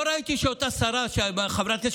לא ראיתי שאותה חברת כנסת,